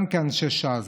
גם כאנשי ש"ס,